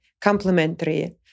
complementary